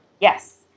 Yes